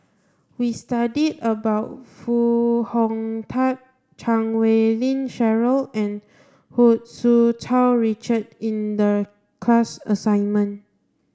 we studied about Foo Hong Tatt Chan Wei Ling Cheryl and Hu Tsu Tau Richard in the class assignment